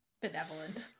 Benevolent